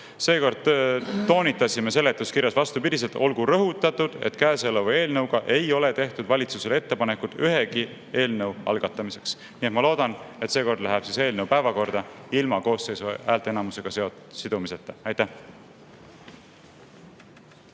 Seekord toonitame seletuskirjas vastupidiselt: "Olgu rõhutatud, et käesoleva eelnõuga ei ole tehtud valitsusele ettepanekut ühegi eelnõu algatamiseks." Ma loodan, et seekord läheb eelnõu päevakorda ilma koosseisu häälteenamusega sidumiseta. Aitäh!